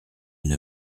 une